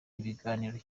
ibiganiro